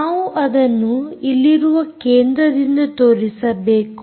ನಾವು ಅದನ್ನು ಇಲ್ಲಿರುವ ಕೇಂದ್ರದಿಂದ ತೋರಿಸಬೇಕು